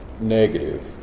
negative